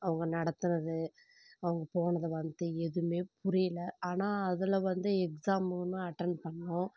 அவங்க நடத்துகிறது அவங்க போனது வந்தது எதுவுமே புரியல ஆனால் அதில் வந்து எக்ஸாம் மூலமாக அட்டன் பண்ணோம்